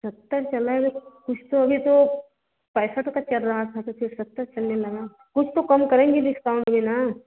सत्तर चल रहा है तो कुछ तो अभी तो पैंसठ चल रहा था तो फिर सत्तर चलने लगा कुछ तो कम करेंगी डिस्काउंट में ना